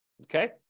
Okay